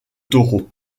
taureau